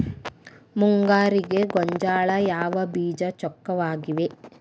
ಮುಂಗಾರಿಗೆ ಗೋಂಜಾಳ ಯಾವ ಬೇಜ ಚೊಕ್ಕವಾಗಿವೆ?